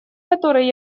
который